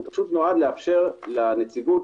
הוא נועד לאפשר לנציגות,